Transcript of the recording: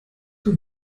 kann